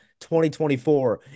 2024